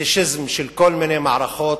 פטישיזם של כל מיני מערכות